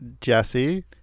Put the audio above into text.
Jesse